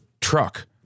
truck